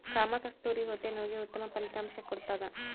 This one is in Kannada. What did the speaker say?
ಕಾಮಕಸ್ತೂರಿ ಹೊಟ್ಟೆ ನೋವಿಗೆ ಉತ್ತಮ ಫಲಿತಾಂಶ ಕೊಡ್ತಾದ